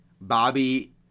Bobby